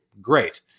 great